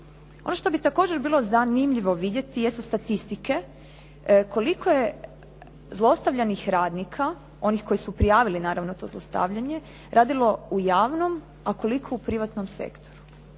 Ono što bi također bilo zanimljivo vidjeti jesu statistike koliko je zlostavljanih radnika, onih koji su prijavili naravno to zlostavljanje radilo u javnom a koliko u privatnom sektoru.